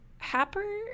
Happer